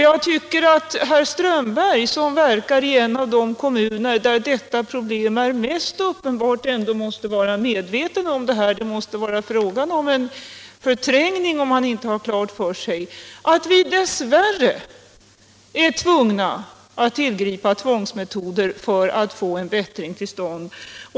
Jag tycker att herr Strömberg, som verkar i en av de kommuner där detta problem är mest uppenbart, ändå måste vara medveten om detta. Det måste vara fråga om en förträngning, om han inte har klart för sig att vi dess värre är tvungna att tillgripa tvångsmetoder för att få en bättring till stånd.